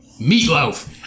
Meatloaf